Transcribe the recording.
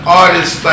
artists